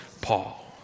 Paul